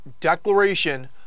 declaration